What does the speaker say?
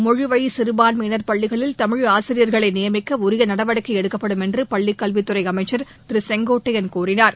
மொழிவழி சிறபான்மையினர் பள்ளிகளில் தமிழ் ஆசிரியர்களை நியமிக்க உரிய நடவடிக்கை எடுக்கப்படும் என்று பள்ளிக்கல்வித்துறை அமைச்சர் திரு செங்கோட்டையன் கூறினார்